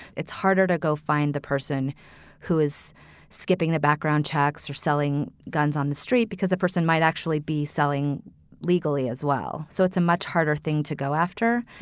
it's harder to go find the person who is skipping the background checks or selling guns on the street because the person might actually be selling legally as well. so it's a much harder thing to go after.